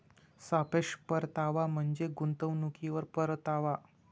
सापेक्ष परतावा म्हणजे गुंतवणुकीवर परतावा